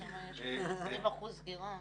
יש כאן לקויות שאנחנו צריכים ומחויבים לבדוק אותן.